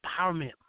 empowerment